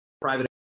private